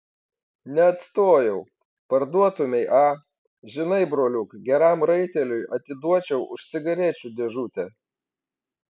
neatstojau parduotumei a žinai broliuk geram raiteliui atiduočiau už cigarečių dėžutę